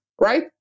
right